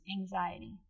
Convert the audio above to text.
anxiety